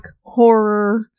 horror